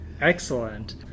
Excellent